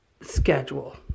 schedule